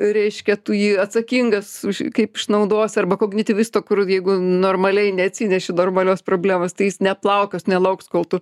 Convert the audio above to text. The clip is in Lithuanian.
reiškia tu jį atsakingas už kaip išnaudos arba kognityvisto kur jeigu normaliai neatsineši normalios problemos tai jis neplaukios nelauks kol tu